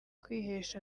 kwihesha